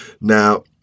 Now